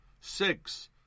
Six